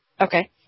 Okay